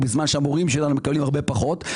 בזמן שהמורים שלנו מקבלים הרבה פחות,